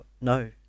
no